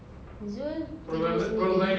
zul kerja sendiri